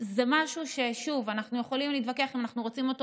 זה משהו ששוב אנחנו יכולים להתווכח אם אנחנו רוצים אותו